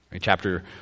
Chapter